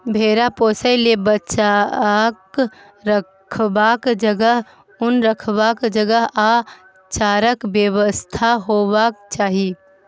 भेरा पोसय लेल बच्चाक रखबाक जगह, उन रखबाक जगह आ चाराक बेबस्था हेबाक चाही